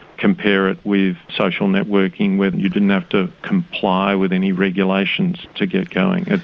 compare it with social networking where you didn't have to comply with any regulations to get going.